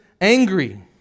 angry